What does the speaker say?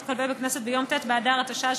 התקבל בכנסת ביום ט' באדר התשע"ז,